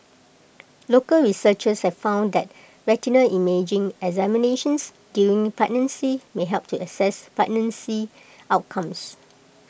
local researchers have found that retinal imaging examinations during pregnancy may help to assess pregnancy outcomes